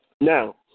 Now